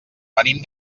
venim